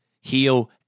heal